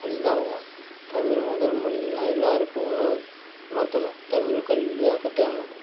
அழிஞ்சுதான் போகும் தமிழ் முதல் மொழினால் எல்லாருக்கும் உணர் உணர்த்தணும் தமிழ் கல்வியை கட்டாயமாக்கணும்